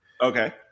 Okay